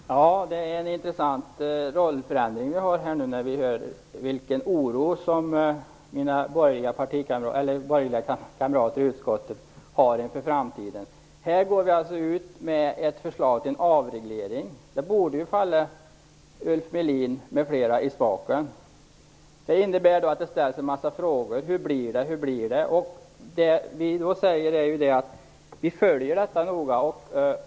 Fru talman! Det är en intressant rollförändring som vi upplever i och med den oro som kamraterna på den borgerliga sidan i utskottet uttrycker inför framtiden. Vi går alltså ut med ett förslag om en avreglering, vilket borde falla Ulf Melin m.fl. i smaken. Men det kommer då en massa frågor om hur det skall bli. Vi säger att vi följer detta noga.